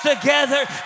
together